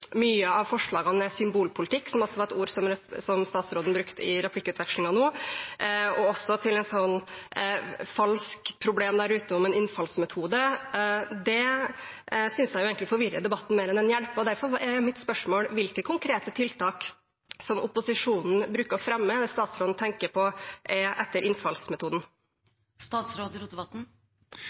av forslagene er symbolpolitikk – et ord som statsråden brukte i replikkvekslingen nå – og også til et falskt problem der ute om en innfallsmetode, synes jeg egentlig forvirrer debatten mer enn den hjelper, og derfor er mitt spørsmål: Hvilke konkrete tiltak som opposisjonen bruker å fremme, er det statsråden tenker er etter